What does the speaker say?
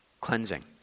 cleansing